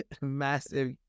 massive